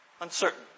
Uncertain